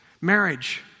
marriage